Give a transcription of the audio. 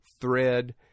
Thread